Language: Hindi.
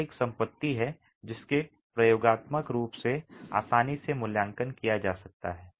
यह एक संपत्ति है जिसे प्रयोगात्मक रूप से आसानी से मूल्यांकन किया जा सकता है